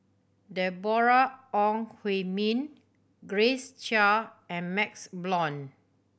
Deborah Ong Hui Min Grace Chia and MaxLe Blond